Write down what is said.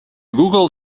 google